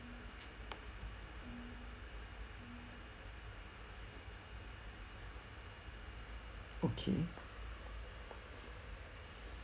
okay